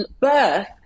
birth